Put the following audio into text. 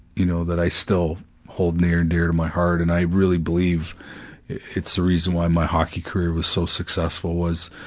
you know, that i still hold near and dear to my heart, and i really believe it's the reason why my hockey career was so successful, was,